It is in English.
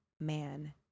man